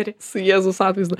ir su jėzaus atvaizdu